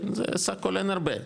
סך הכול אין הרבה,